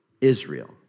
Israel